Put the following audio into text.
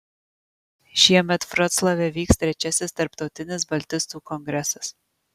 šiemet vroclave vyks trečiasis tarptautinis baltistų kongresas